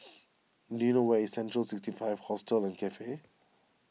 do you know where is Central six five Hostel and Cafe